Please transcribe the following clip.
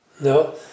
No